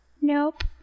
Nope